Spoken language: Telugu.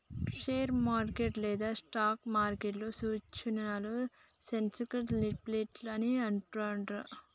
షేర్ మార్కెట్ లేదా స్టాక్ మార్కెట్లో సూచీలను సెన్సెక్స్, నిఫ్టీ అని అంటుండ్రు